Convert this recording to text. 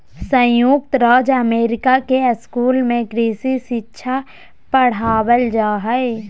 संयुक्त राज्य अमेरिका के स्कूल में कृषि शिक्षा पढ़ावल जा हइ